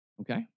Okay